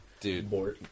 Dude